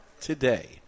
today